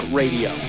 radio